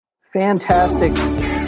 fantastic